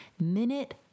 minute